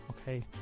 Okay